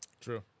True